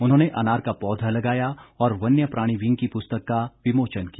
उन्होंने अनार का पौधा लगाया और वन्य प्राणी विंग की पुस्तक का विमोचन किया